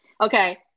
Okay